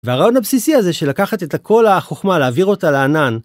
והרעיון הבסיסי הזה של לקחת את כל החוכמה, להעביר אותה לענן.